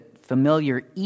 familiar